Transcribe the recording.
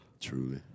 Truly